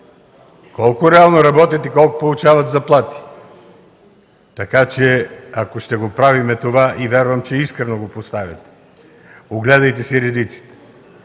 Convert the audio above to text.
Колко реално работят и колко получават заплати? Така че, ако ще го правим това и вярвам, че искрено го поставяте, огледайте си редиците,